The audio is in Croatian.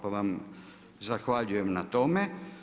Pa vam zahvaljujem na tome.